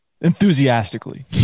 Enthusiastically